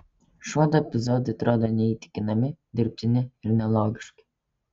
šiuodu epizodai atrodo neįtikinami dirbtini ir nelogiški